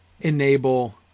enable